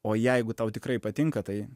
o jeigu tau tikrai patinka tai